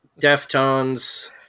Deftones